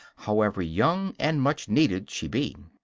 however young and much needed she be.